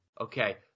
Okay